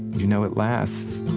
you know it lasts